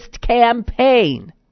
campaign